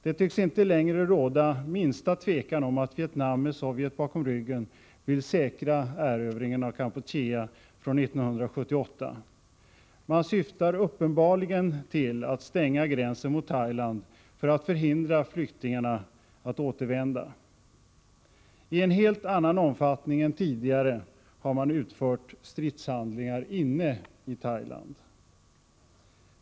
Det tycks inte längre råda minsta tvekan om att Vietnam med Sovjet bakom ryggen vill säkra erövringen av Kampuchea från 1978. Man syftar uppenbarligen till att stänga gränsen mot Thailand för att förhindra flyktingarna att återvända. I en helt annan omfattning än tidigare har man utfört stridshandlingar inne i Thailand.